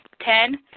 Ten